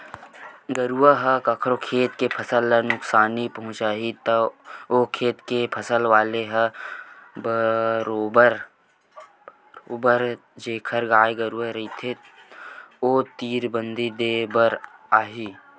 गरुवा ह कखरो खेत के फसल ल नुकसानी पहुँचाही त ओ खेत के फसल वाले ह बरोबर जेखर गाय गरुवा रहिथे ओ तीर बदी देय बर आही ही